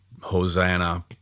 Hosanna